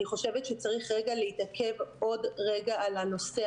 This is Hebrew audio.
אני חושבת שצריך להתעכב עוד רגע על הנושא,